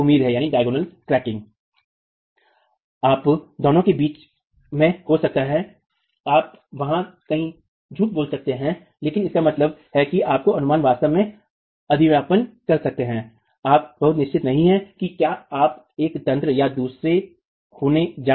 आप दोनों के बीच में हो सकते है आप वहां कहीं झूठ बोल सकते हैं लेकिन इसका मतलब है कि आपके अनुमान वास्तव में अधिव्यापन कर सकते हैं आप बहुत निश्चित नहीं हैं कि क्या यह एक तंत्र या दूसरे होने जा रहा है